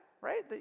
right